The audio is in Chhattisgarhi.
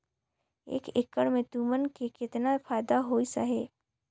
एक एकड़ मे तुमन के केतना फायदा होइस अहे